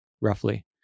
roughly